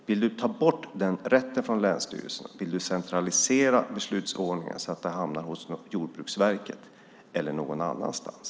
Vill du ta bort den rätten från länsstyrelserna och centralisera beslutsordningen, så att det hela hamnar hos Jordbruksverket eller någon annanstans?